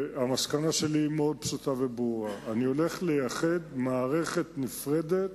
המסקנה שלי מאוד פשוטה וברורה: אני הולך לייחד מערכת נפרדת